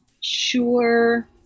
sure